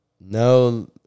No